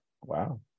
Wow